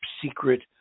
secret